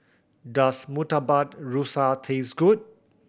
does Murtabak Rusa taste good